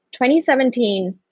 2017